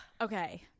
Okay